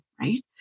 right